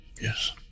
yes